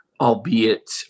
albeit